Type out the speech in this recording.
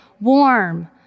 warm